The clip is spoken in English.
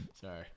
Sorry